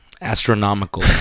Astronomical